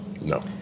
No